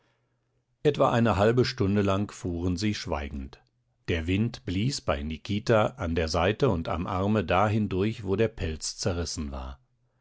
etwa eine halbe stunde lang fuhren sie schweigend der wind blies bei nikita an der seite und am arme da hindurch wo der pelz zerrissen war